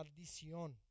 maldición